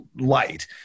light